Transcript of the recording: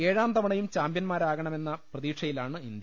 ഏഴാം തവണയും ചാമ്പ്യന്മാരാകാമെന്ന പ്രതീക്ഷയി ലാണ് ഇന്ത്യ